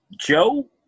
Joe